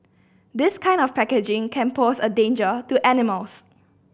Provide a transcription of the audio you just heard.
this kind of packaging can pose a danger to animals